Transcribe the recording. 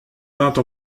peinte